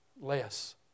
less